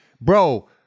bro